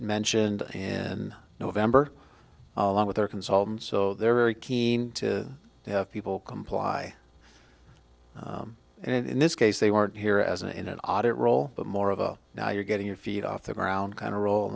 mentioned in november along with their consultants so they're very keen to have people comply and in this case they weren't here as an in an audit role but more of a now you're getting your feet off the ground kind of role